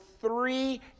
three